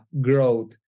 growth